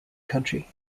country